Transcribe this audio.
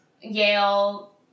Yale